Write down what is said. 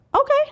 Okay